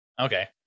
Okay